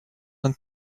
and